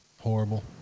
horrible